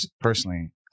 personally